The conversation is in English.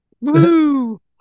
Woo